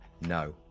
No